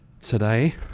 today